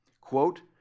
Quote